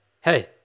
Hey